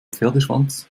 pferdeschwanz